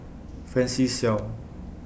Francis Seow